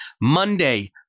Monday